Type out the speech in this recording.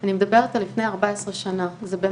כי אם גילו אותה בגיל חמישים וחצי, כי אז היא